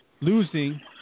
losing